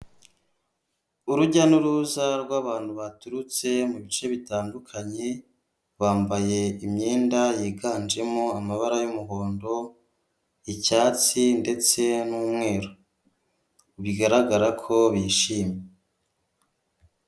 Urujya n'uruza rw'abantu baturutse mu bice bitandukanye, bambaye imyenda yiganjemo amabara y'umuhondo, icyatsi ndetse n'umweru. Bigaragara ko bishimye.